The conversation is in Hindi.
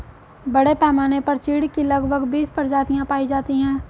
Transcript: बड़े पैमाने पर चीढ की लगभग बीस प्रजातियां पाई जाती है